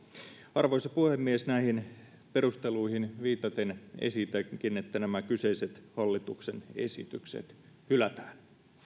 arvoisa puhemies näihin perusteluihin viitaten esitänkin että tämä kyseinen hallituksen esitys hylätään